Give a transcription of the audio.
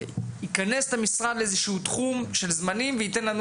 שייכנס למשרד באיזשהו תחום של זמנים וייתן לנו